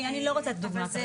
אני לא רוצה לתת דוגמא,